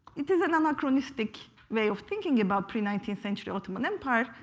it is an anachronistic way of thinking about pre nineteenth century ottoman empire,